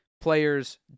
players